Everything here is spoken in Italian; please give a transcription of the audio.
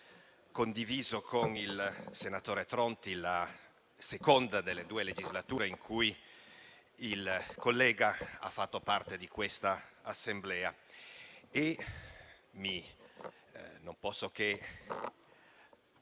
condiviso con il senatore Tronti la seconda delle due legislature in cui il collega ha fatto parte di questa Assemblea.